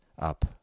up